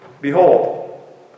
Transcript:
behold